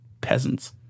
peasants